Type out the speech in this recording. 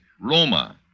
Roma